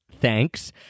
Thanks